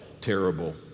terrible